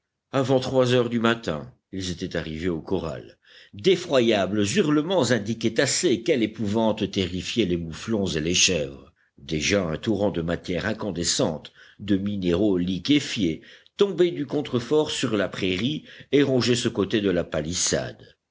avant trois heures du matin ils étaient arrivés au corral d'effroyables hurlements indiquaient assez quelle épouvante terrifiait les mouflons et les chèvres déjà un torrent de matières incandescentes de minéraux liquéfiés tombait du contrefort sur la prairie et rongeait ce côté de la palissade